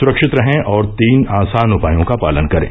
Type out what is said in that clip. सुरक्षित रहें और तीन आसान उपायों का पालन करें